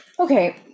Okay